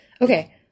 Okay